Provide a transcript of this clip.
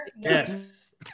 Yes